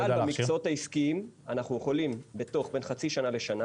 אבל במקצועות העסקיים אנחנו יכולים בתוך בין חצי שנה לשנה